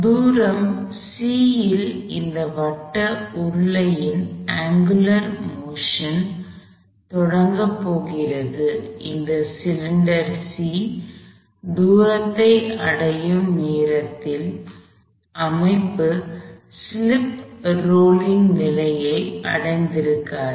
தூரம் C ல் இந்த வட்ட உருளையின் அங்குலார் மோஷன் angular motion கோண இயக்கம் தொடங்கப் போகிறது இந்த சிலிண்டர் C தூரத்தை அடையும் நேரத்தில் அமைப்பு ஸ்லிப் ரோலிங் நிலையை அடைந்திருக்காது